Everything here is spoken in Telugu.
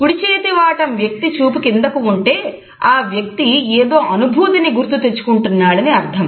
కుడి చేతి వాటం వ్యక్తి చూపు కిందకు ఉంటే ఆ వ్యక్తి ఏదో అనుభూతిని గుర్తుకు తెచ్చుకుంటున్నాడని అర్థం